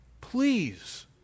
Please